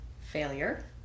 failure